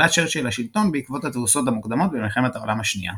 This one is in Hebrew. עלה צ'רצ'יל לשלטון בעקבות התבוסות המוקדמות במלחמת העולם השנייה.